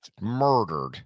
Murdered